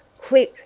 quick!